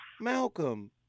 Malcolm